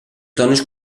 dones